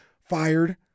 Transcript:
fired